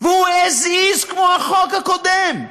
והוא as is כמו החוק הקודם,